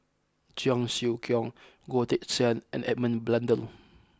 Cheong Siew Keong Goh Teck Sian and Edmund Blundell